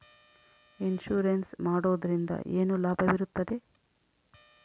Insurance ಮಾಡೋದ್ರಿಂದ ಏನು ಲಾಭವಿರುತ್ತದೆ?